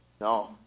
No